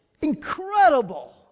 incredible